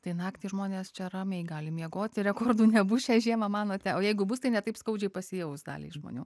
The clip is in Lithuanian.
tai naktį žmonės čia ramiai gali miegoti rekordų nebus šią žiemą manote o jeigu bus tai ne taip skaudžiai pasijaus daliai žmonių